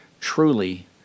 truly